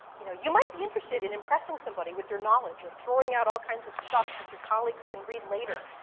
you know you might be interested in impressing somebody with your knowledge or throwing out all kinds of stuff that your colleagues can read later.